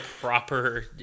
proper